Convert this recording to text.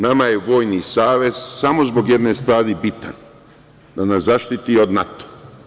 Nama je vojni savez samo zbog jedne stvari bitan, da nas zaštiti od NATO.